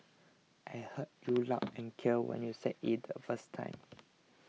I heard you loud and clear when you said it the first time